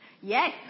Yes